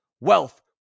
wealth